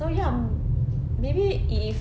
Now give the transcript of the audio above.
so ya maybe if